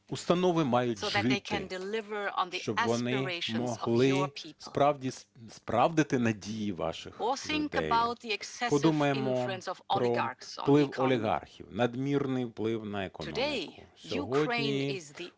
Установи мають жити, щоб вони могли справді справдити на дії ваших людей. Подумаємо про вплив олігархів, надмірний вплив на економіку.